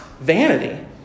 vanity